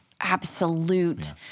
absolute